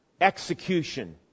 execution